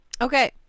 Okay